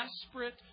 desperate